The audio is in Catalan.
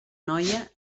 noia